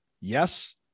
Yes